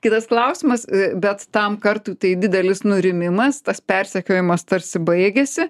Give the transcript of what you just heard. kitas klausimas bet tam kartui tai didelis nurimimas tas persekiojimas tarsi baigėsi